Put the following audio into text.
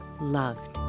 loved